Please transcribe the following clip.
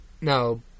No